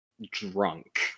drunk